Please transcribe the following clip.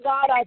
God